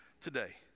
today